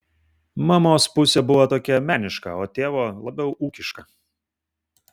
mamos pusė buvo tokia meniška o tėvo labiau ūkiška